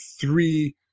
three